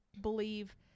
believe